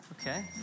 Okay